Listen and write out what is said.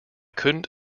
couldn’t